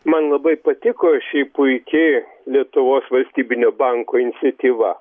man labai patiko ši puiki lietuvos valstybinio banko iniciatyva